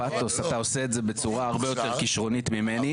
אתה עושה את זה בצורה הרבה יותר כשרונית ממני,